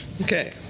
Okay